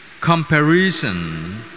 comparison